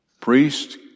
priest